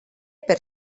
per